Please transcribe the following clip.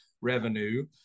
revenue